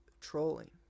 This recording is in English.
trolling